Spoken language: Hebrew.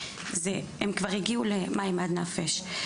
כבר הגיעו מים עד נפש.